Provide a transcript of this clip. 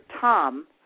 Tom